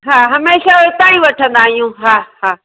हा हमेशह उतां ई वठंदा आहियूं हा हा